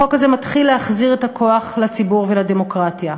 החוק הזה מתחיל להחזיר את הכוח לציבור ולדמוקרטיה,